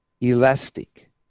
elastic